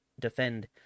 defend